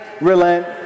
relent